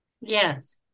Yes